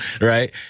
right